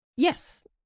Yes